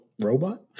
Robot